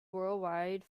worldwide